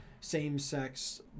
same-sex